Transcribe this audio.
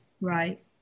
right